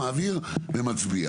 מעביר ומצביע.